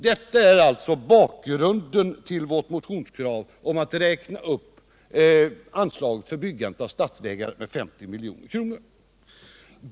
Detta är alltså bakgrunden till vårt motionskrav att räkna upp anslaget för byggande av statsvägar med 50 milj.kr.